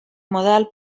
model